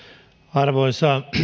arvoisa